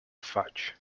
fudge